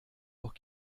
auch